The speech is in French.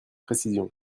précision